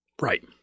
right